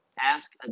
ask –